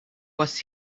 was